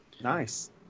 Nice